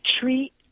treat